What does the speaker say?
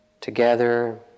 together